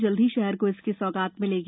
जल्द ही शहर को इसकी सौगात मिलेगी